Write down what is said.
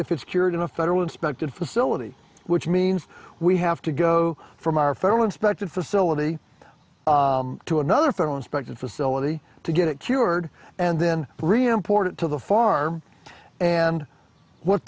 if it's cured in a federal inspected facility which means we have to go from our federal inspected facility to another federal inspected facility to get it cured and then re important to the farm and what